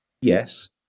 yes